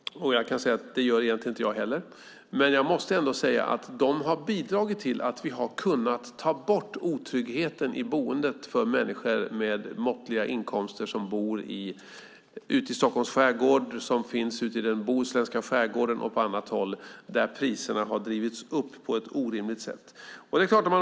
Det gör egentligen inte jag heller. Men jag måste ändå säga att de har bidragit till att vi har kunnat ta bort otryggheten i boendet för människor med måttliga inkomster som bor i Stockholms skärgård, i den bohuslänska skärgården och på annat håll där priserna har drivits upp på ett orimligt sätt.